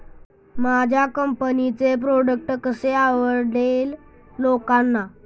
माझ्या कंपनीचे प्रॉडक्ट कसे आवडेल लोकांना?